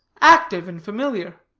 active and familiar.